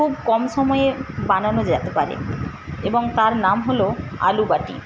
খুব কম সময়ে বানানো যেতে পারে এবং তার নাম হল আলুবাটি